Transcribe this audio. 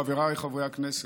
חבריי חברי הכנסת,